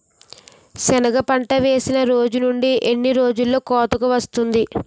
సెనగ పంట వేసిన రోజు నుండి ఎన్ని రోజుల్లో కోతకు వస్తాది?